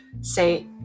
say